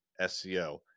SEO